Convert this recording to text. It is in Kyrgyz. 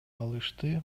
алышты